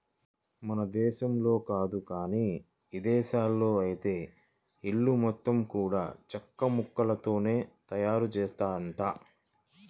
మన దేశంలో కాదు గానీ ఇదేశాల్లో ఐతే ఇల్లు మొత్తం గూడా చెక్కముక్కలతోనే తయారుజేత్తారంట